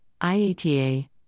IATA